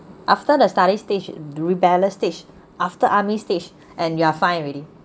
after the study stage the rebellious stage after army stage and you are fine already